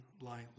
lightly